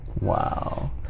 Wow